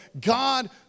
God